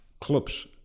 clubs